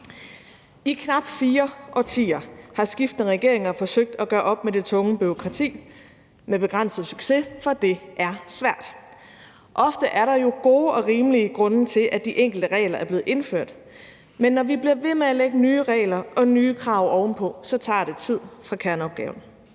I knap fire årtier har skiftende regeringer forsøgt at gøre op med det tunge bureaukrati med begrænset succes, for det er svært. Ofte er der jo gode og rimelige grunde til, at de enkelte regler er blevet indført, men når vi bliver ved med at lægge nye regler og nye krav ovenpå, tager det tid fra kerneopgaven.